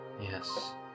Yes